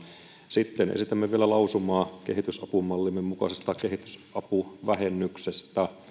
sitten esitämme vielä lausumaa kehitysapumallimme mukaisesta kehitysapuvähennyksestä